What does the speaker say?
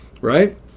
right